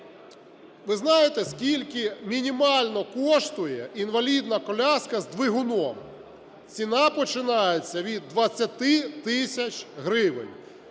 ви знаєте, скільки мінімально коштує інвалідна коляска з двигуном? Ціна починається від 20 тисяч гривень.